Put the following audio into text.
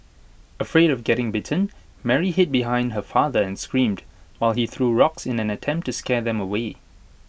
afraid of getting bitten Mary hid behind her father and screamed while he threw rocks in an attempt to scare them away